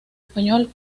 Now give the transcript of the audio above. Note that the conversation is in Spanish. español